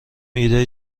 ایده